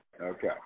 Okay